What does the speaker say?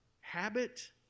habit